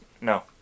no